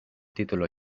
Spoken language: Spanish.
título